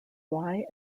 why